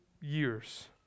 years